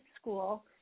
school